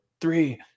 three